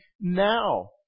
now